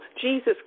Jesus